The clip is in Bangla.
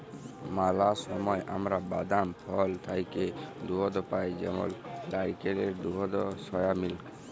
ম্যালা সময় আমরা বাদাম, ফল থ্যাইকে দুহুদ পাই যেমল লাইড়কেলের দুহুদ, সয়া মিল্ক